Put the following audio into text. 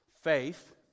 faith